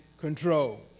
control